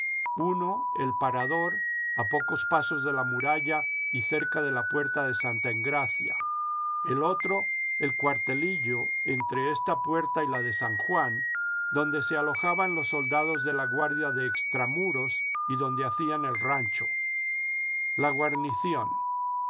uno el parador a pocos pasos de la muralla y cerca de la puerta de santa engracia el otro el cuartelillo entre esta puerta y la de san juan donde se alojaban los soldados de la guardia de extramuros y donde hacían el rancho la guarnición